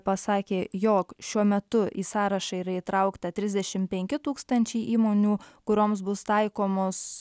pasakė jog šiuo metu į sąrašą yra įtraukta trisdešimt penki tūkstančiai įmonių kurioms bus taikomos